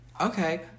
Okay